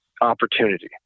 opportunity